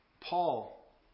Paul